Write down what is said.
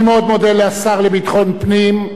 אני מאוד מודה לשר לביטחון פנים,